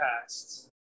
past